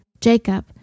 Jacob